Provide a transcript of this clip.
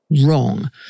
Wrong